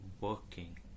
working